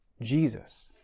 Jesus